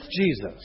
Jesus